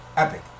Epic